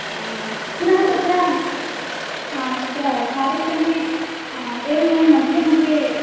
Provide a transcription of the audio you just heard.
पुः तत्र तत्र कार्यक्रमे एवमेव मध्ये मध्ये